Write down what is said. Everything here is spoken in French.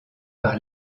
par